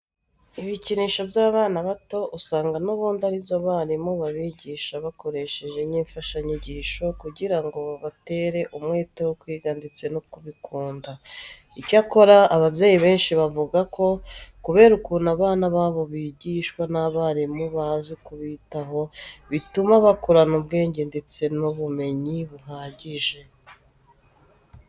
Ibikinisho by'abana bato usanga n'ubundi ari byo abarimu babigisha bakoresha nk'imfashanyigisho kugira ngo babatere umwete wo kwiga ndetse no kubikunda. Icyakora ababyeyi benshi bavuga ko kubera ukuntu abana babo bigishwa n'abarimu bazi kubitaho, bituma bakurana ubwenge ndetse n'ubumenyi buhagije.